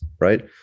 right